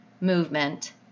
movement